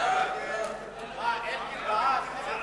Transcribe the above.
להעביר את הצעת חוק הכנסת (תיקון, מספר